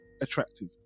attractive